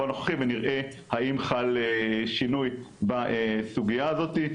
הנוכחי ונראה האם חל שינוי בסוגיה הזאתי.